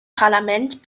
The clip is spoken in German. parlament